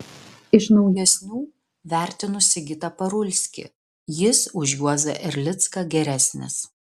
iš naujesnių vertinu sigitą parulskį jis už juozą erlicką geresnis